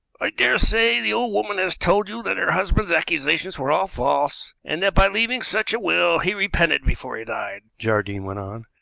i daresay the old woman has told you that her husband's accusations were all false, and that by leaving such a will he repented before he died, jardine went on,